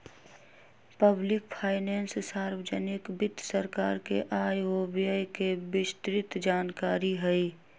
public finance सार्वजनिक वित्त सरकार के आय व व्यय के विस्तृतजानकारी हई